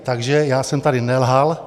Takže já jsem tady nelhal.